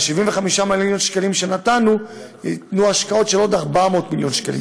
75 מיליון השקלים שנתנו ייתנו השקעות של עוד 400 מיליון שקלים,